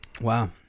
Wow